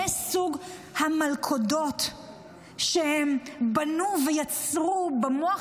זה סוג המלכודות שהם בנו ויצרו במוח